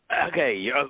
Okay